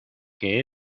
que